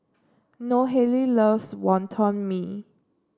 Nohely loves Wonton Mee